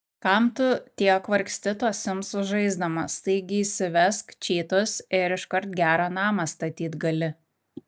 kam tu tiek vargsti tuos simsus žaisdamas taigi įsivesk čytus ir iškart gerą namą statyt gali